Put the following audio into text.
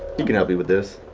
he can help you with this.